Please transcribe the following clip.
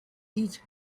each